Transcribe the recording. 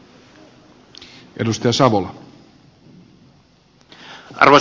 arvoisa puhemies